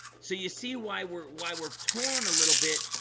so you see why we're why we're torn a little bit.